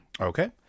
Okay